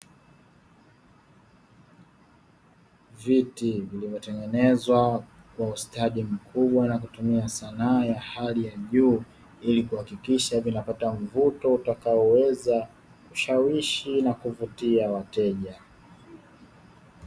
Viti vimetengenezwa kwa ustadi mkubwa na kutumia sanaa ya hali ya juu ili kuhakikisha vinapata mvuto utakaoweza kushawishi na kuvutia wateja.